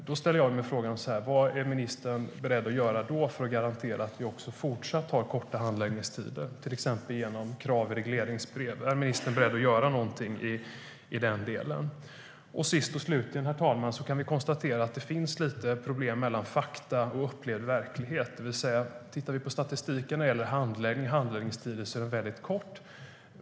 Då ställer jag mig frågan: Vad är ministern beredd att göra, till exempel genom krav i regleringsbrev, för att garantera att vi fortsatt har korta handläggningstider? Är ministern beredd att göra något i den delen? Sist och slutligen, herr talman, kan vi konstatera att det finns lite problem mellan fakta och upplevd verklighet. När man tittar på statistiken när det gäller handläggningstider är de mycket korta.